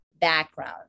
background